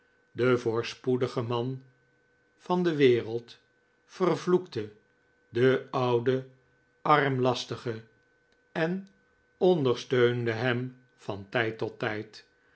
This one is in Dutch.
de voorspoedige ovoa oa oii man van de wereld vervloekte den ouden armlastige en ondersteunde hem van tijd tot tijd